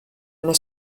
una